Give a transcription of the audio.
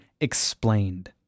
EXPLAINED